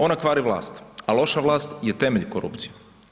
Ona kvari vlast, a loša vlast je temelj korupcije.